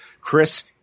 Chris